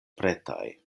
pretaj